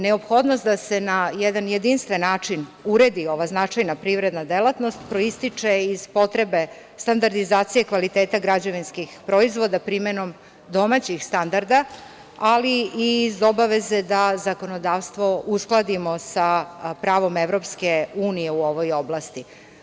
Neophodnost da se na jedinstven način uredi ova privredna delatnost, proističe iz potrebe standardizacije kvaliteta građevinskih proizvoda primenom domaćih standarda, ali i iz obaveze da zakonodavstvo uskladimo sa pravom EU u ovoj oblasti.